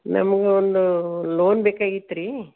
ನಮ್ಗೆ ಒಂದು ಲೋನ್ ಬೇಕಾಗಿತ್ತು ರೀ